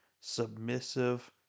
submissive